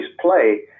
play